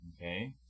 Okay